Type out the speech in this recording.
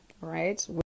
right